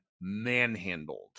manhandled